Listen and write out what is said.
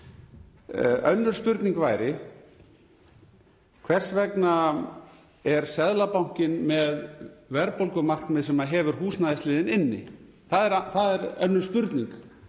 Önnur spurning væri: Hvers vegna er Seðlabankinn með verðbólgumarkmið sem hefur húsnæðisliðinn inni? Það er önnur spurning